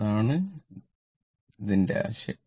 അതിനാൽ ഇതാണ് ആശയം